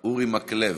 מקלב.